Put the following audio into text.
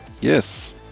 yes